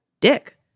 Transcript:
dick